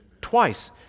Twice